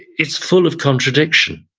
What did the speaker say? it's full of contradiction.